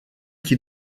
qui